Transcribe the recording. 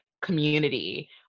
community